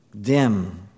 dim